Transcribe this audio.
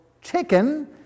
chicken